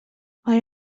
mae